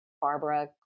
Barbara